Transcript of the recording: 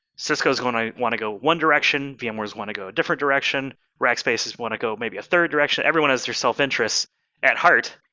cisco's going to want to go one direction, vmware's want to go a different direction, rackspace's want to go maybe a third direction. everyone has their self-interest at heart,